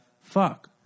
fuck